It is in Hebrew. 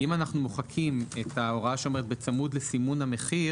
אם אנחנו מוחקים את ההוראה שאומרת: בצמוד לסימון המחיר,